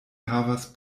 havas